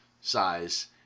size